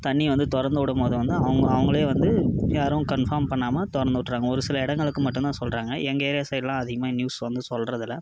தண்ணி வந்து திறந்து விடம்போது வந்து அவங்க அவங்களே வந்து யாரும் கன்ஃபார்ம் பண்ணாம திறந்து விட்டுர்றாங்க ஒரு சில இடங்களுக்கு மட்டுந்தான் சொல்லுறாங்க எங்கள் ஏரியா சைட்லாம் அதிகமாக நியூஸ் வந்து சொல்றதில்லை